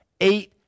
eight